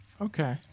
Okay